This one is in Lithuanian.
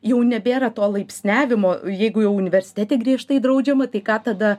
jau nebėra to laipsniavimo jeigu jau universitete griežtai draudžiama tai ką tada